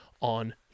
on